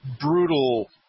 brutal